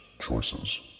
choices